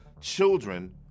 children